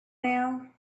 now